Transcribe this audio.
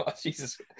Jesus